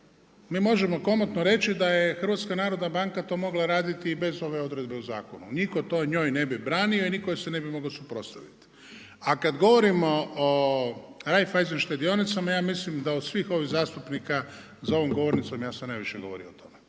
mi možemo komotno reći da je HNB to morala raditi i bez ove odredbe u zakonu, nitko to njoj ne bi branio i niko joj se ne bi mogao suprotstaviti. A kada govorimo o Raiffeisen štedionica, ja mislim da od svih ovih zastupnika za ovom govornicom ja sam najviše govorio o tome,